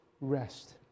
rest